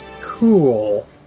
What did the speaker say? cool